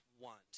want